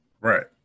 Right